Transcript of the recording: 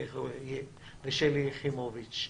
ושלי יחימוביץ',